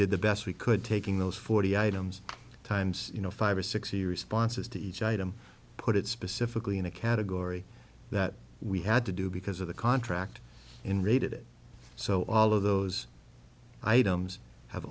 did the best we could taking those forty items times you know five or six here responses to each item put it specifically in a category that we had to do because of the contract in rated it so all of those items have